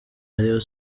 rayon